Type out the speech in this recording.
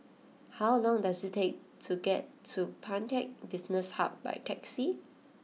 how long does it take to get to Pantech Business Hub by taxi